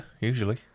usually